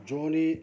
जोनी